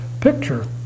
picture